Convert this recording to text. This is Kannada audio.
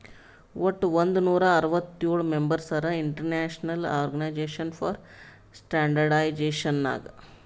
ವಟ್ ಒಂದ್ ನೂರಾ ಅರ್ವತ್ತೋಳ್ ಮೆಂಬರ್ಸ್ ಹರಾ international organisation for standardisation Nag